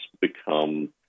become